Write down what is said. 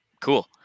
Cool